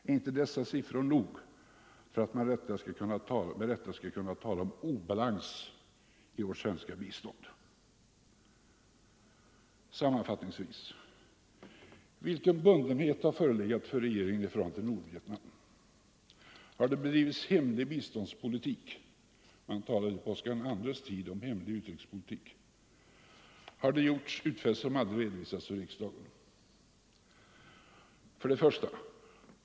Är inte dessa siffror nog för att man med rätta skall kunna tala om en obalans i vårt svenska bistånd? Sammanfattningsvis: Vilken bundenhet har förelegat för regeringen i förhållande till Nordvietnam? Har det bedrivits hemlig biståndspolitik? På Oskar II:s tid talades det om hemlig utrikespolitik. Har det nu gjorts utfästelser som aldrig redovisats för riksdagen? 1.